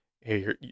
Hey